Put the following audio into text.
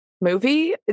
movie